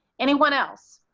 anyone else.